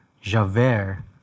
Javert